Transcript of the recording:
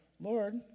Lord